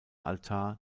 altar